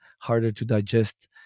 harder-to-digest